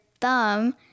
thumb